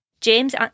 James